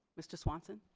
mr. swanson?